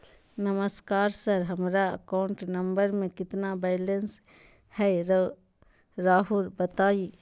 नमस्कार सर हमरा account number में कितना बैलेंस हेई राहुर बताई?